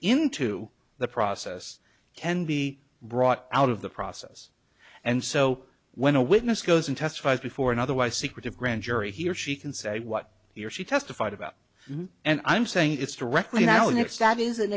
into the process can be brought out of the process and so when a witness goes in testify before an otherwise secretive grand jury he or she can say what he or she testified about and i'm saying it's directly now and it's sad is an